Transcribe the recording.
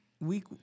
week